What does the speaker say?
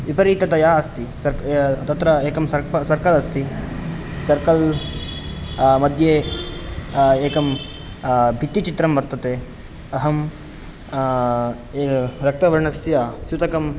विपरीततया अस्ति सर्क तत्र एक एकं सर्कल् अस्ति सर्कल् मध्ये एकं भित्तिचित्रं वर्तते अहं रक्तवर्णस्य स्युतकं